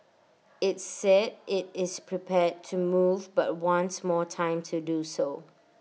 IT said IT is prepared to move but wants more time to do so